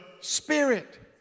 Spirit